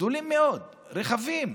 גדולים מאוד, רחבים.